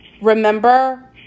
Remember